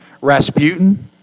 Rasputin